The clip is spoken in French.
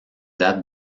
date